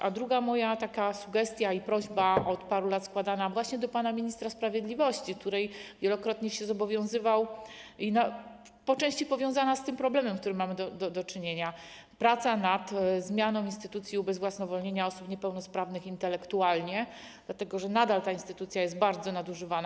A druga moja sugestia i prośba, od paru lat składana właśnie do pana ministra sprawiedliwości, w przypadku której wielokrotnie się zobowiązywał, po części powiązana z tym problemem, z którym mamy do czynienia, dotyczy pracy nad zmianą instytucji ubezwłasnowolnienia osób niepełnosprawnych intelektualnie, dlatego że nadal ta instytucja jest bardzo nadużywana.